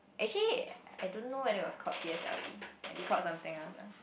actually I don't know whether it was called p_s_l_e might be called something else ah